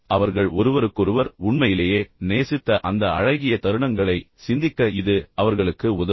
எனவே அவர்கள் ஒருவருக்கொருவர் உண்மையிலேயே நேசித்த அந்த அழகிய தருணங்களை சிந்திக்க இது அவர்களுக்கு உதவும்